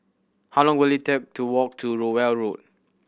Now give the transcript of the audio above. how long will it take to walk to Rowell Road